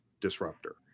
disruptor